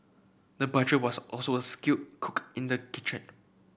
the butcher was also a skilled cook in the kitchen